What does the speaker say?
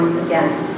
again